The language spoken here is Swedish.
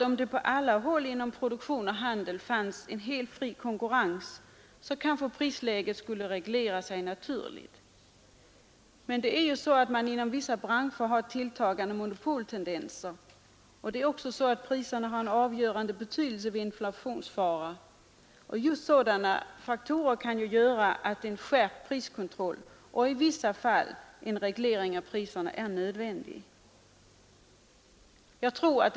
Om det på alla håll inom produktion och handel fanns en helt fri konkurrens kunde kanske prisläget reglera sig naturligt. Men inom vissa branscher finns tilltagande monopoltendenser, och priserna har också en avgörande betydelse vid inflationsfara. Just sådana faktorer kan nödvändiggöra en skärpt priskontroll och i vissa fall en reglering av priserna.